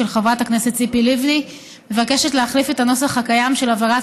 של חברת הכנסת ציפי לבני מבקשת להחליף את הנוסח הקיים של עבירת